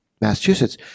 Massachusetts